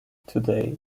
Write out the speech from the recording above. today